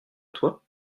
toi